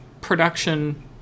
production